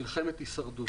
מלחמת הישרדות.